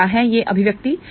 तोक्या है यह अभिव्यक्ति